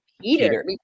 Peter